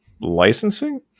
licensing